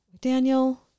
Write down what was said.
Daniel